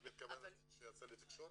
את מתכוונת למה שיצא לתקשורת?